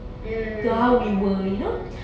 mm mm mm